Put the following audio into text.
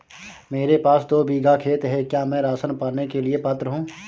मेरे पास दो बीघा खेत है क्या मैं राशन पाने के लिए पात्र हूँ?